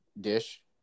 dish